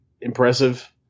impressive